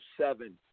seven